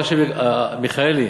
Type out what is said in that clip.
מיכאלי,